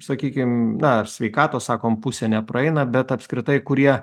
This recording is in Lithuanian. sakykim na ar sveikatos sakom pusė nepraeina bet apskritai kurie